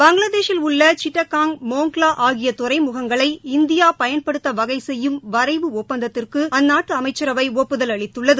பங்களாதேஷில் உள்ள சிட்டகாங் மோங்க்லா ஆகிய துறைமுகங்களை இந்தியா பயன்படுத்த வகை செய்யும் வரைவு ஒப்பந்தத்திற்கு அந்நாட்டு அமைச்சரவை ஒப்புதல் அளித்துள்ளது